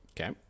Okay